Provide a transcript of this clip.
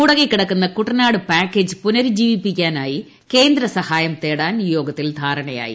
മുടങ്ങിക്കിടക്കുന്ന Kuttanad package പുനരുജ്ജീവിപ്പിക്കാനായി കേന്ദ്രസഹായം തേടാൻ യോഗത്തിൽ ധാരണയായി